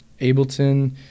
Ableton